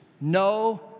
No